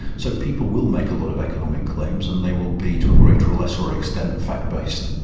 so people will make a lot of economic claims and they will be, to a greater or lesser extent, fact-based.